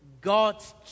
God's